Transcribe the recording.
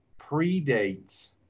predates